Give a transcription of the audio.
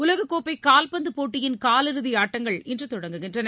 உலக கோப்பை கால்பந்து போட்டியின் காலிறுதி ஆட்டங்கள் இன்று தொடங்குகின்றன